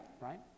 right